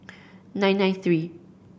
nine nine three